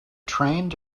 trained